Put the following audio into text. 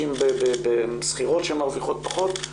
מזכירות שמרוויחות פחות.